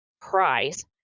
price